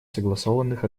согласованных